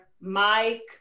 Mike